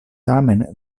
tamen